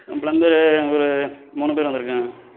plumber ஒரு மூணு பேர் வந்திருக்காங்க